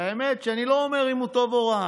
והאמת, אני לא אומר אם זה טוב או רע.